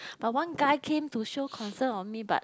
but one guy came to show concern on me but